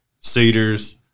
cedars